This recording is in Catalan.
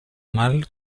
mal